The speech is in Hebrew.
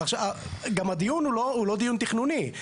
גם הדיון הוא לא דיון תכנוני.